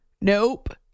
Nope